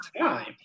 time